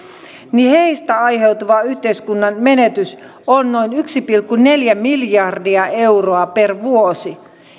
aiheutuva yhteiskunnan menetys on noin yksi pilkku neljä miljardia euroa per vuosi